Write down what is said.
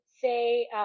say